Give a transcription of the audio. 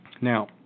Now